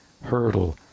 hurdle